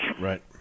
Right